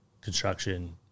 construction